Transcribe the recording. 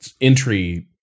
Entry